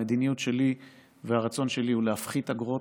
שהמדיניות שלי והרצון שלי זה להפחית אגרות